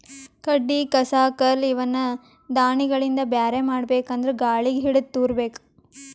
ಕಡ್ಡಿ ಕಸ ಕಲ್ಲ್ ಇವನ್ನ ದಾಣಿಗಳಿಂದ ಬ್ಯಾರೆ ಮಾಡ್ಬೇಕ್ ಅಂದ್ರ ಗಾಳಿಗ್ ಹಿಡದು ತೂರಬೇಕು